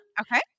okay